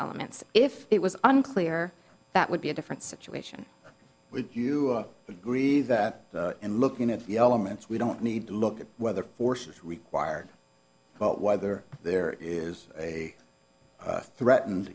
elements if it was unclear that would be a different situation would you agree that in looking at the elements we don't need to look at whether force is required but whether there is a threaten